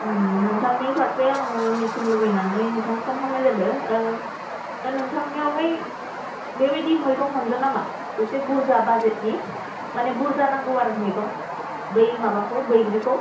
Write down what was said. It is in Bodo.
नोंथांनि फारसे आङो मिथिनो लुबैनानै नोंथांखौ फन खालामनाय जादों दा नोंथांनियावहाय बेबायदि मैगं मोनगोन नामा एसे बुरजा बाजेटनि माने बुरजा नांगौ आरो मैगं बै माबाखौ बैग्रिखौ